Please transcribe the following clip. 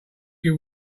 you